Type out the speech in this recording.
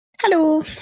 Hello